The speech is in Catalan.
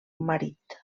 marit